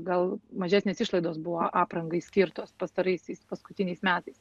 gal mažesnės išlaidos buvo aprangai skirtos pastaraisiais paskutiniais metais